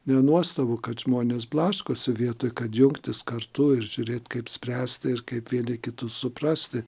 nenuostabu kad žmonės blaškosi vietoj kad jungtis kartu ir žiūrėt kaip spręsti ir kaip vieni kitus suprasti